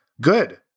good